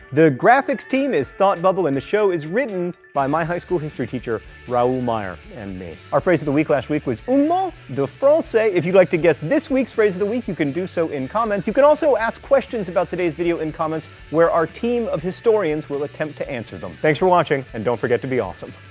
the graphics team is thought bubble, and the show is written by my high school history teacher raoul meyer and me. our phrase of the week last week was un mot de francais. if you'd like to guess this week's phrase of the week you can do so in comments. you can also ask questions about today's video in comments where our team of historians will attempt to answer them. thanks for watching, and don't forget to be awesome.